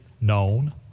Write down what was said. known